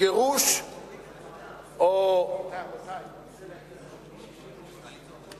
גירוש או נתינת היתרים ל-1,200 ילדים,